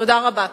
תודה רבה.